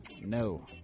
No